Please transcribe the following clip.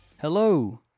Hello